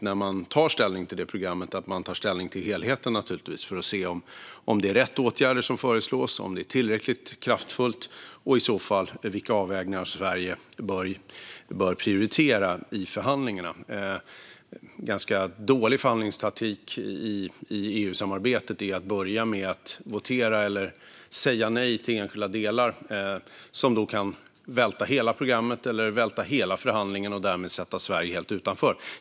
När man tar ställning till det programmet är det viktigt att man tar ställning till helheten för att se om det är rätt åtgärder som föreslås, om det är tillräckligt kraftfullt och i så fall vilka avvägningar Sverige bör prioritera i förhandlingar. Det är en ganska dålig förhandlingstaktik i EU-samarbetet att börja med att votera eller säga nej till enskilda delar. Det kan välta hela programmet eller hela förhandlingen och därmed ställa Sverige helt utanför.